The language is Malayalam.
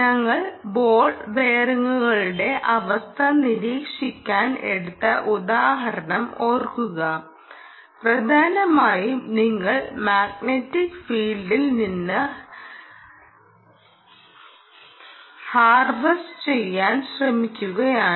ഞങ്ങൾ ബോൾ ബെയറിംഗുകളുടെ അവസ്ഥ നിരീക്ഷിക്കാൻ എടുത്ത ഉദാഹരണം ഓർക്കുക പ്രധാനമായും നിങ്ങൾ മാഗ്നറ്റിക് ഫീൽഡിൽ നിന്ന് ഹാർവെസ്റ്റ് ചെയ്യാൻ ശ്രമിക്കുകയാണ്